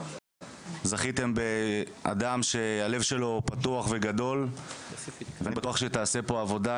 זכיתם באדם שהלב שלו פתוח וגדול ואני בטוח שתעשה פה עבודה,